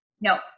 No